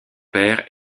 père